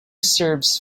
serves